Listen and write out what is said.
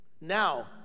Now